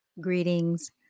greetings